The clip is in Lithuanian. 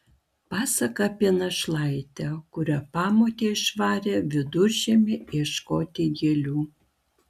pasaka apie našlaitę kurią pamotė išvarė viduržiemį ieškoti gėlių